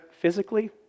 physically